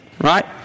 right